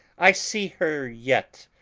i see her yet.